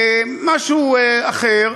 משהו אחר,